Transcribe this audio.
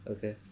Okay